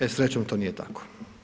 E srećom to nije tako.